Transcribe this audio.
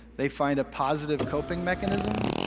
they find a positive coping mechanism,